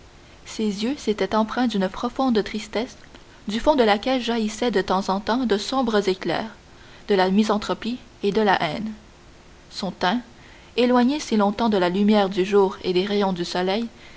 ses yeux s'étaient empreints d'une profonde tristesse du fond de laquelle jaillissaient de temps en temps de sombres éclairs de la misanthropie et de la haine son teint éloigné si longtemps de la lumière du jour et des rayons du soleil